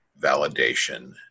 validation